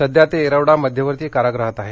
सध्या ते येरवडा मध्यवर्ती कारागृहात आहे